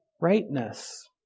rightness